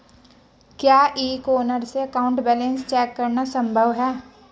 क्या e corner से account balance check करना संभव है?